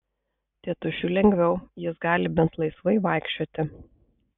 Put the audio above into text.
tėtušiui lengviau jis gali bent laisvai vaikščioti